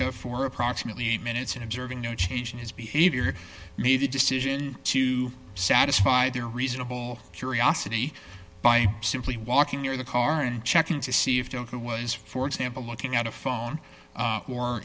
observing for approximately eight minutes and observing no change in his behavior made the decision to satisfy their reasonable curiosity by simply walking near the car and checking to see if don't it was for example looking at a phone